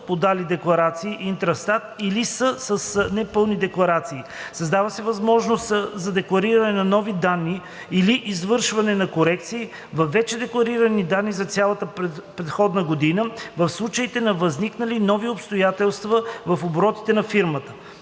подали декларации Интрастат, или са с непълни декларации. 5. Създава се възможност за деклариране на нови данни или извършване на корекции във вече декларирани данни за цялата предходна година в случаите на възникнали нови обстоятелства в оборотите на фирмите.